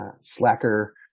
slacker